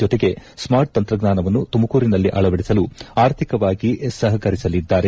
ಜೊತೆಗೆ ಸ್ಮಾರ್ಟ್ ತಂತ್ರಜ್ಞಾನವನ್ನು ತುಮಕೂರಿನಲ್ಲಿ ಅಳವಡಿಸಲು ಅರ್ಥಿಕವಾಗಿ ಸಪಕರಿಸಲಿದ್ದಾರೆ